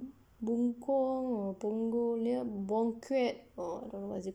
buangkok or buangkok near buangkok or don't know what is it